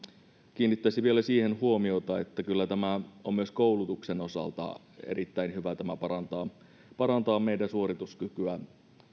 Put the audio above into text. kiinnittäisin vielä huomiota siihen että kyllä tämä on myös koulutuksen osalta erittäin hyvä tämä parantaa parantaa meidän suorituskykyämme